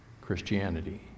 Christianity